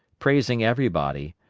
praising everybody,